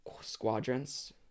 squadrons